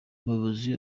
umuyobozi